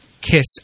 kiss